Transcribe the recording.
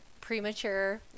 premature